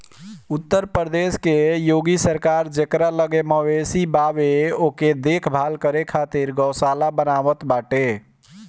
उत्तर प्रदेश के योगी सरकार जेकरा लगे मवेशी बावे ओके देख भाल करे खातिर गौशाला बनवावत बाटे